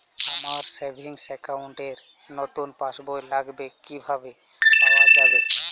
আমার savings account র নতুন পাসবই লাগবে কিভাবে পাওয়া যাবে?